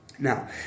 Now